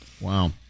Wow